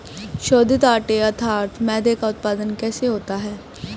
शोधित आटे अर्थात मैदे का उत्पादन कैसे होता है?